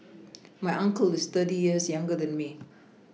my uncle is thirty years younger than me